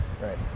right